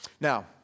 Now